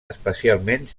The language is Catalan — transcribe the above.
especialment